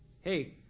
Hey